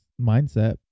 mindset